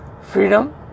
freedom